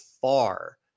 far